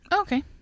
Okay